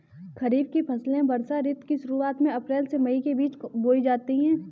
खरीफ की फसलें वर्षा ऋतु की शुरुआत में अप्रैल से मई के बीच बोई जाती हैं